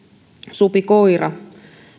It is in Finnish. supikoira